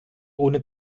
ohne